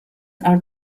are